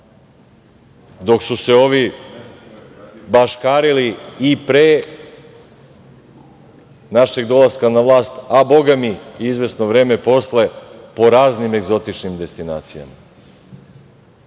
dok su se ovi baškarili i pre i našeg dolaska na vlast, a Boga mi, i izvesno vreme posle po raznim egzotičnim destinacijama. Moram